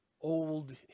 old